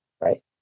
right